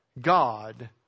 God